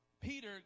Peter